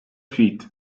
feet